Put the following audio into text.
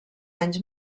anys